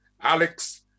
Alex